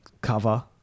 cover